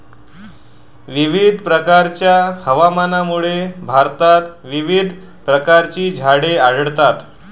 विविध प्रकारच्या हवामानामुळे भारतात विविध प्रकारची झाडे आढळतात